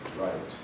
Right